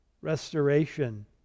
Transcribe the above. restoration